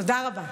תודה רבה.